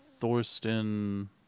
thorsten